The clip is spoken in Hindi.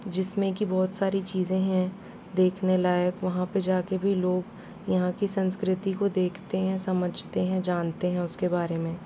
जिसमें की बहुत सारी चीज़ें हैं देखने लायक वहाँ पे जाके भी लोग यहाँ की संस्कृति को देखते हैं समझते हैं जानते हैं उसके बारे में